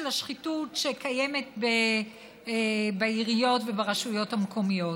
השחיתות שקיימת בעיריות וברשויות המקומיות,